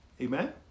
Amen